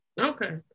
Okay